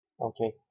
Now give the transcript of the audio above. Okay